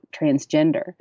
transgender